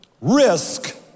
risk